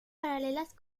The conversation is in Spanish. paralelas